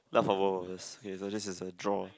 laugh for both of us okay so this is a draw